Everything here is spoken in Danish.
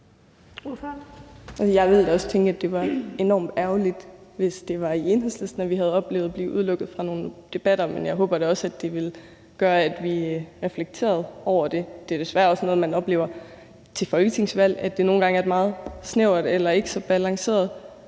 Jeg ville da også tænke, at det var enormt ærgerligt, hvis det var i Enhedslisten, at vi havde oplevet at blive udelukket fra nogle debatter, men jeg håber da også, at det ville gøre, at vi reflekterede over det. Det er desværre også noget, man oplever til folketingsvalg, altså at det nogle gange er et meget snævert eller ikke så balanceret